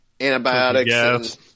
antibiotics